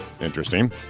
Interesting